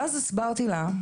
ואז הסברתי לה.